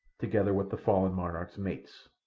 together with the fallen monarch's mates.